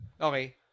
Okay